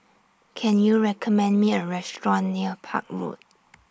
Can YOU recommend Me A Restaurant near Park Road